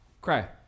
Cry